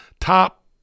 top